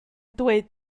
dweud